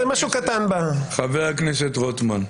חבר הכנסת רוטמן,